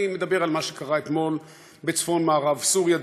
אני מדבר על מה שקרה אתמול בצפון-מערב סוריה.